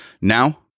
now